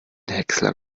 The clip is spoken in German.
häcksler